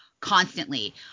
constantly